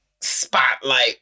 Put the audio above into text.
spotlight